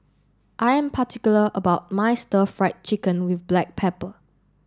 I am particular about my Stir Fried Chicken with Black Pepper